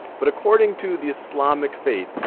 but according to the islamic faith,